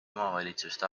omavalitsuste